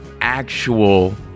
actual